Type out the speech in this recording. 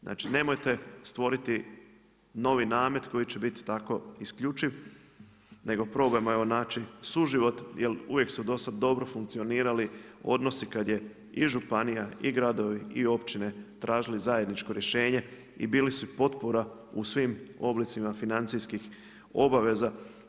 Znači nemojte stvoriti novi namet koji će biti tako isključiv nego probajmo evo naći suživot jer uvijek su do sada dobro funkcionirali odnosi kada je i županija i gradovi i općine tražili zajedničko rješenje i bili su potpora u svim oblicima financijskih obaveza.